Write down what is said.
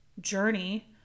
journey